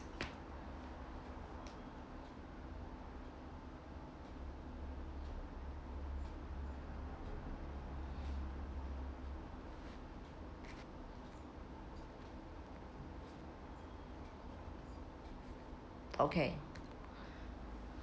okay